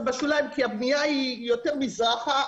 זה בשוליים כי הבנייה היא יותר מזרחה.